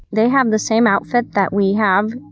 they have the same outfit that we have.